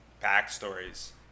backstories